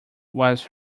was